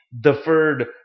deferred